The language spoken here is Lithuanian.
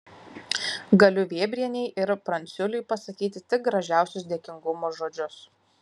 galiu vėbrienei ir pranciuliui pasakyti tik gražiausius dėkingumo žodžius